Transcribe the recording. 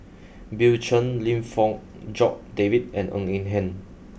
Bill Chen Lim Fong Jock David and Ng Eng Hen